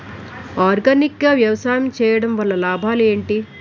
Organic గా వ్యవసాయం చేయడం వల్ల లాభాలు ఏంటి?